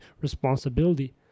responsibility